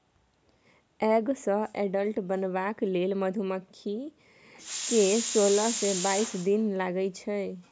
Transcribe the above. egg सँ adult बनबाक लेल मधुमाछी केँ सोलह सँ बाइस दिन लगै छै